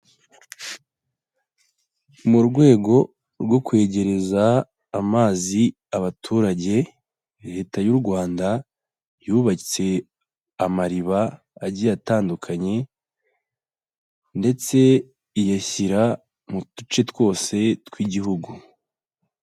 Mu rwego rwo kwegereza amazi abaturage, Leta y'u Rwanda yubatse amariba agiye atandukanye, ndetse iyashyira mu duce twose tw'igihugu.